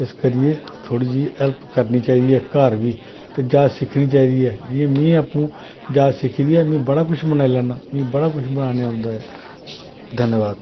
इस करिये थोह्ड़ी जेही हेल्प करनी चाहिदी ऐ घर बी ते जाच सिक्खनी चाहिदी ऐ जि'यां में आपूं जाच सिक्खी दी ऐ में बड़ा कुछ बनाई लैना मिगी बड़ा कुछ बनाने ई औंदा ऐ धन्यबाद